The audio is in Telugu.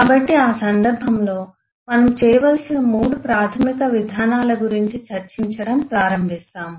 కాబట్టి ఆ సందర్భంలో మనం చేయవలసిన మూడు ప్రాథమిక విధానాల గురించి చర్చించడం ప్రారంభిస్తాము